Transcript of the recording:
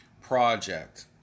project